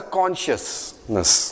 consciousness